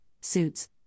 suits